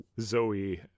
Zoe